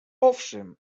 owszem